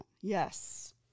Yes